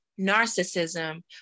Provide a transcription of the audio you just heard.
narcissism